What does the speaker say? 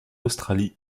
australie